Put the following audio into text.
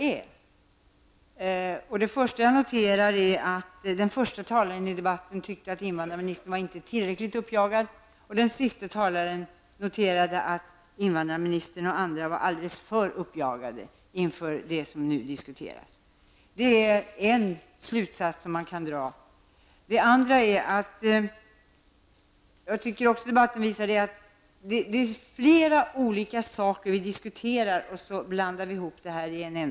Först och främst har jag noterat att den förste talaren i debatten tyckte att invandrarministern inte var tillräckligt uppjagad och att den siste talaren tyckte att invandrarministern och andra var alldeles för uppjagade inför det som nu diskuteras. Det är alltså en slutsats som man kan dra. Sedan anser jag att debatten har visat att vi diskuterar flera olika saker som vi sedan så att säga blandar i en stor skål.